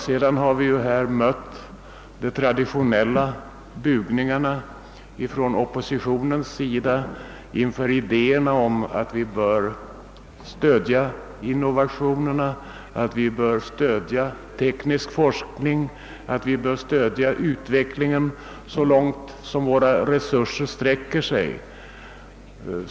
Vi har nu mött oppositionens traditionella bugningar inför idéerna om att vi bör stödja innovationerna, att vi bör stödja den tekniska forskningen, att vi bör stödja utvecklingen så långt som våra resurser sträcker sig.